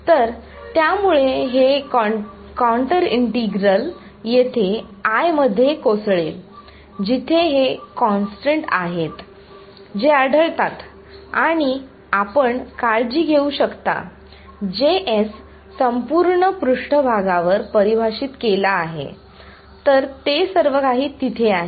तर यामुळे हे कॉन्टर इंटीग्रल येथे I मध्ये कोसळेल जिथे हे कॉन्स्टंट आहेत जे आढळतात आणि आपण काळजी घेऊ शकता संपूर्ण पृष्ठभागावर परिभाषित केला आहे तर ते सर्व काही तिथे आहे